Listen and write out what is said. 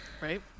right